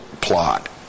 plot